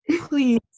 please